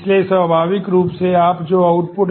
इसलिए स्वाभाविक रूप से आप जो आउटपुट